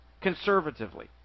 conservatively